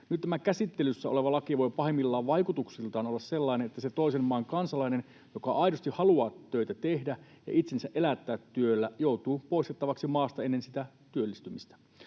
Nyt tämä käsittelyssä oleva laki voi pahimmillaan vaikutuksiltaan olla sellainen, että se toisen maan kansalainen, joka aidosti haluaa töitä tehdä ja itsensä elättää työllä, joutuu poistettavaksi maasta ennen sitä työllistymistä.